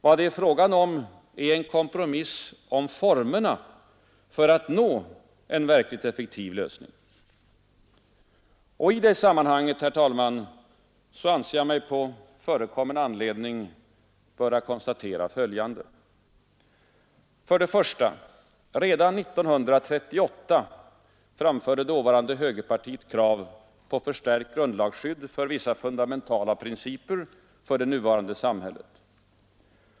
Vad det är fråga om, är en kompromiss om formerna för att nå en verkligt effektiv lösning. I detta sammanhang, herr talman, anser jag mig på förekommen anledning böra konstatera följande: 1. Redan 1938 framförde dåvarande högerpartiet krav på förstärkt grundlagsskydd för vissa fundamentala principer för det nuvarande samhället.